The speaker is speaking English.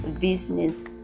business